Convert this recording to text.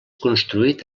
construït